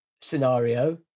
scenario